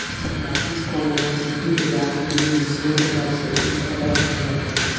बाकी कमोडिटी बाजार के नियम शेयर बाजार से कुछ अलग होत बाटे